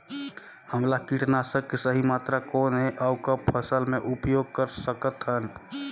हमला कीटनाशक के सही मात्रा कौन हे अउ कब फसल मे उपयोग कर सकत हन?